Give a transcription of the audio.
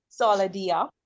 Solidia